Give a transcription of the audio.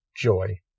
joy